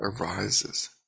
arises